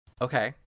Okay